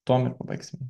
tuom ir pabaigsim